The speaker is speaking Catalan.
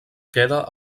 queda